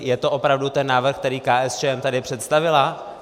Je to opravdu ten návrh, který KSČM tady představila?